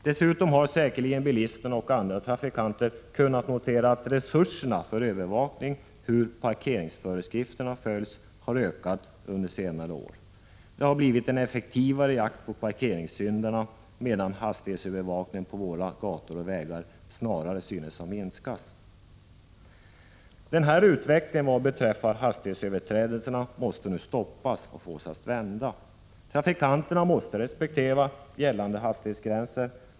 Dessutom har säkerligen bilisterna och andra trafikanter kunnat notera att resurserna för övervakning av hur parkeringsföreskrifterna följs har ökat under senare år. Det har blivit en effektivare jakt på parkeringssyndarna, medan hastighetsövervakningen på våra gator och vägar snarare synes ha minskat. Den här utvecklingen vad beträffar hastighetsöverträdelserna måste nu stoppas och fås att vända. Trafikanterna måste respektera gällande hastighetsgränser.